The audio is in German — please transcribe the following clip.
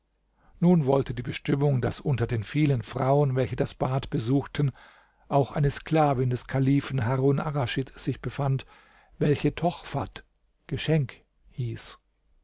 nun wollte die bestimmung daß unter den vielen frauen welche das bad besuchten auch eine sklavin des kalifen harun arraschid sich befand welche tochfat geschenk hieß